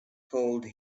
told